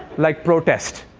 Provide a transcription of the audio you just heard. like protest.